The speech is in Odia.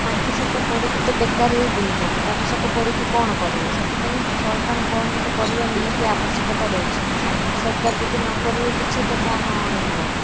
ପାଠ ସାଠ ପଢ଼ିକି ତ ବେକାର ହେଇ ବୁଲୁଛନ୍ତି ପାଠ ସାଠ ପଢ଼ିକି କ'ଣ କରିବେ ସେଥିପାଇଁ ସରକାର କ'ଣ ଗୋଟେ କରିବା ନିହାତି ଆବଶ୍ୟକତା ରହିଛି ସରକାର ଯଦି ନ କରିବେ କିଛି ତ କ'ଣ ରହିବ